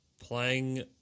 playing